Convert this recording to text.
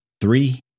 Three